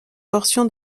portion